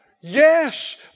Yes